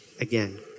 Again